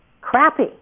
crappy